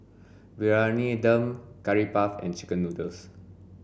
briyani dum curry puff and chicken noodles